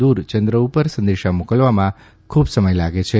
દૂર ચંદ્ર ઉપર સંદેશા મોકલવામાં ખૂબ સમય લાગે છે